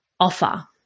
offer